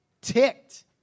ticked